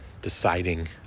deciding